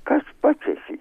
kas pats esi